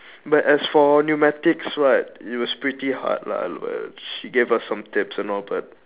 but as for pneumatics right it was pretty hard lah she gave us some tips and all but